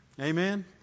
Amen